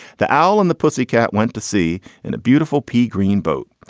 the owl and the pussycat went to sea and a beautiful pea green boat.